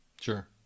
Sure